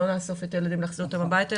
לא לאסוף את הילדים ולהחזיר אותם הביתה,